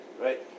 right